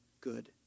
good